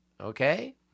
Okay